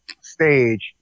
stage